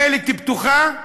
הדלת פתוחה.